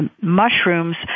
Mushrooms